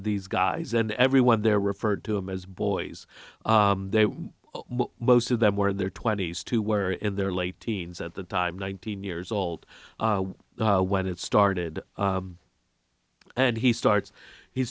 these guys and everyone there referred to him as boys they most of them were in their twenty's to where in their late teens at the time nineteen years old when it started and he starts he